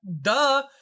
duh